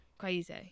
Crazy